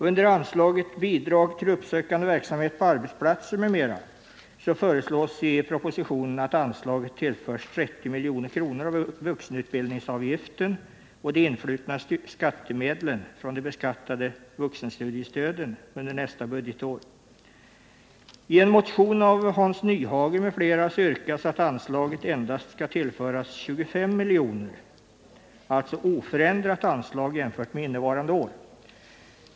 Under anslaget Bidrag till uppsökande verksamhet på arbetsplatser m.m. föreslås i propositionen att anslaget tillförs 30 milj.kr. av vuxenutbildningsavgiften och de influtna skattemedlen från de beskattade vuxenstudiestöden under nästa budgetår. I en motion av Hans Nyhage m.fl. yrkas att anslaget endast skall tillföras 25 miljoner, alltså oförändrat anslag jämfört med innevarande budgetår.